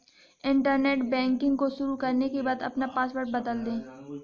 internet banking को शुरू करने के बाद अपना पॉसवर्ड बदल दे